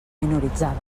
minoritzades